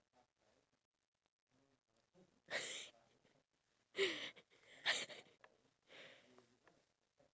ya it's huge it's like a life-size of like a human poo and I rather not do that